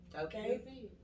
Okay